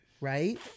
Right